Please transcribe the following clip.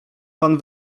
pan